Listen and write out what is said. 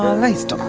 least